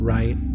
Right